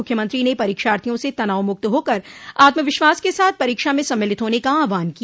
मुख्यमंत्री ने परोक्षार्थियों से तनाव मुक्त होकर आत्मविश्वास के साथ परीक्षा में सम्मिलित होने का आहवान किया